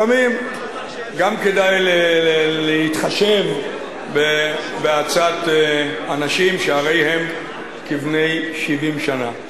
לפעמים גם כדאי להתחשב בהצעת אנשים שהרי הם כבני 70 שנה.